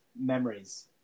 memories